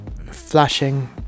flashing